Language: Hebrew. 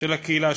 של הקהילה,